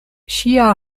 ŝia